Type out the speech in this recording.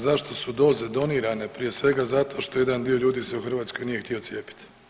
Zašto su doze donirane prije svega zato što jedan dio ljudi se u Hrvatskoj nije htio cijepiti.